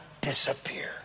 disappear